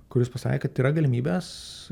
kuris pasakė kad yra galimybės